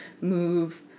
move